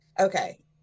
Okay